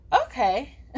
Okay